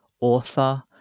author